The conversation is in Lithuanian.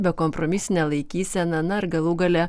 bekompromisine laikysena na ir galų gale